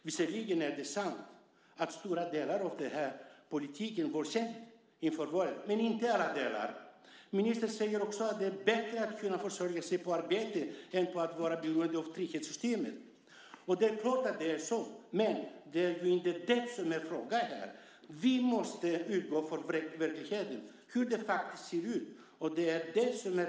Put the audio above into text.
Visserligen är det sant att stora delar av politiken var känd inför valet, men inte alla delar. Ministern säger också att det är bättre att kunna försörja sig på arbete än att vara beroende av trygghetssystemet. Det är klart att det är så, men det är inte det som det är fråga om här. Vi måste utgå från verkligheten och från hur det faktiskt ser ut.